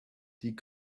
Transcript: die